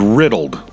riddled